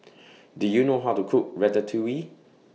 Do YOU know How to Cook Ratatouille